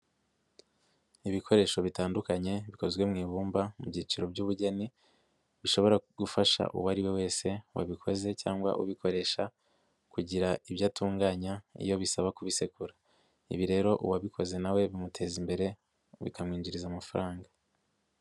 Ibikoresho bitandukanye bikozwe mu ibumba, mu byiciro by'ubugeni, bishobora gufasha uwariwe wese wabikoze cyangwa ubikoresha kugira ibyo atunganya iyo bisaba kubisekura, ibi rero uwabikoze nawe bimuteza imbere bikamwinjiriza amafaranga.